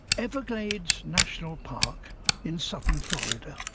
everglades national park in southern florida.